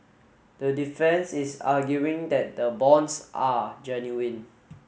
the defence is arguing that the bonds are genuine